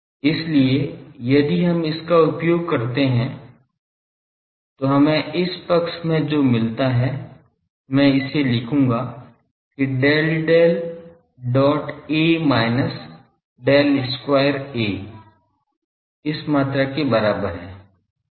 इसलिए यदि हम इसका उपयोग करते हैं तो हमें इस पक्ष में जो मिलता है मैं इसे लिखूंगा कि Del Del dot A minus Del square A इस मात्रा के बराबर है